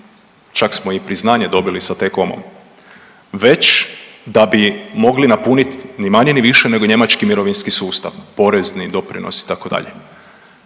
Čak smo i priznanje dobili sa T-Comom već da bi mogli napuniti ni manje ni više nego njemački mirovinski sustav. Porezni, doprinosi, itd.